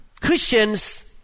Christians